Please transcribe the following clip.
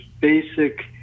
basic